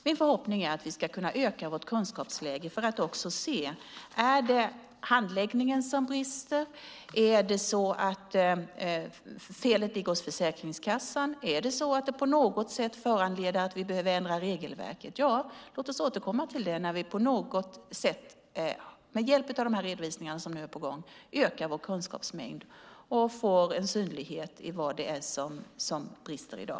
Min förhoppning är att vi ska kunna bättra vårt kunskapsläge och se om det är handläggningen som brister, om det är Försäkringskassan som begår fel och om det kan föranleda att vi på något sätt behöver ändra regelverket. Låt oss återkomma till det när vi med hjälp av de redovisningar som är på gång ökat vår kunskapsmängd och fått synlighet i vad det är som brister i dag.